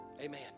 Amen